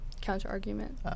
Counter-argument